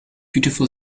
beautiful